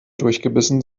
durchgebissen